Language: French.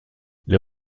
les